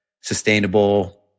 sustainable